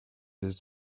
this